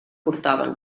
portaven